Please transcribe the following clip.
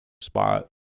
spot